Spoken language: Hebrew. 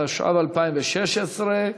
התשע"ו 2016,